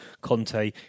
Conte